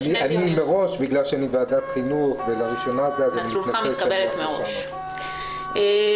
בגלל שאני בוועדת החינוך אני מתנצל מראש שאצטרך לעזוב.